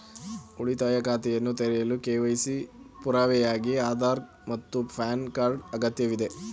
ಉಳಿತಾಯ ಖಾತೆಯನ್ನು ತೆರೆಯಲು ಕೆ.ವೈ.ಸಿ ಗೆ ಪುರಾವೆಯಾಗಿ ಆಧಾರ್ ಮತ್ತು ಪ್ಯಾನ್ ಕಾರ್ಡ್ ಅಗತ್ಯವಿದೆ